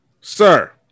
Sir